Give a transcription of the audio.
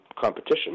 competition